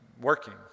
working